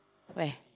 where